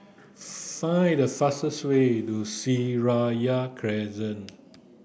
find the fastest way to Seraya Crescent